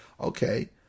okay